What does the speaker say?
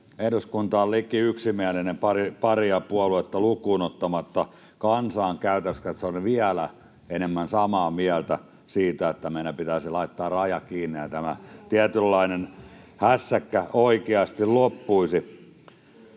Eduskunta on liki yksimielinen paria puoluetta lukuun ottamatta. Kansa on käytännössä katsoen vielä enemmän samaa mieltä siitä, että meidän pitäisi laittaa raja kiinni ja tämä tietynlainen hässäkkä oikeasti loppuisi.